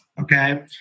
Okay